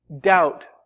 doubt